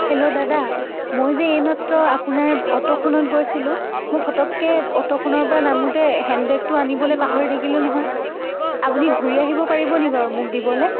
hello দাদা মই যে এইমাত্ৰ আপোনাৰ অ'টোখনত গৈছিলোঁ মোৰ ফটককে অ'টোখনৰ পৰা নামোঁতে হেণ্ডবেগটো আনিবলৈ পাহৰি থাকিলোঁ নহয় আপুনি ঘূৰি আহিব পাৰিবনি বাৰু মোক দিবলৈ